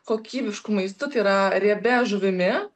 kokybišku maistu tai yra riebia žuvimi